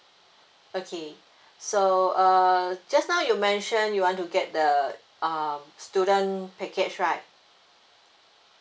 okay so uh just now you mention you want to get the uh student package right